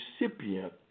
recipient